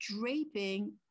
draping